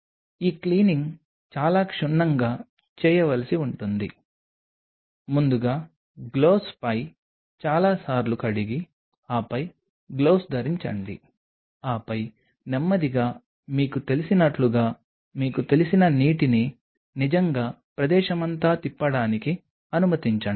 ఈ క్లీనింగ్ చాలా క్షుణ్ణంగా చేయవలసి ఉంటుంది ముందుగా గ్లోవ్స్పై చాలాసార్లు కడిగి ఆపై గ్లోవ్స్ ధరించండి ఆపై నెమ్మదిగా మీకు తెలిసినట్లుగా మీకు తెలిసిన నీటిని నిజంగా ప్రదేశమంతా తిప్పడానికి అనుమతించండి